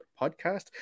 podcast